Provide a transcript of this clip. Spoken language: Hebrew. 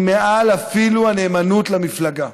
היא מעל אפילו הנאמנות למפלגה.